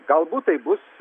galbūt tai bus